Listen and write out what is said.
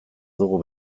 dugu